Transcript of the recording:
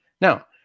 Now